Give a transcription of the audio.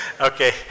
Okay